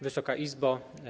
Wysoka Izbo!